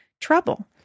trouble